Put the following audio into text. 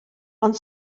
ond